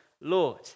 Lord